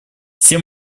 все